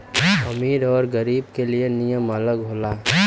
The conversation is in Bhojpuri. अमीर अउर गरीबो के लिए नियम अलग होला